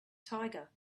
tiger